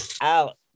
out